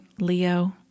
Leo